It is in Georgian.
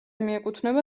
მიეკუთვნება